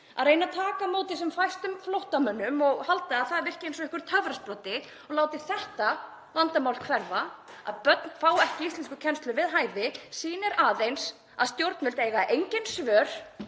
að reyna að taka á móti sem fæstum flóttamönnum og halda að það virki eins og einhver töfrasproti og láti það vandamál hverfa að börn fá ekki íslenskukennslu við hæfi, sýnir aðeins að stjórnvöld eiga engin svör